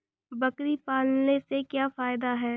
बकरी पालने से क्या फायदा है?